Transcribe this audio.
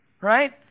Right